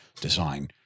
design